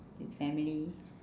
with family